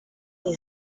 die